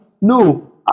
No